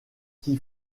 qui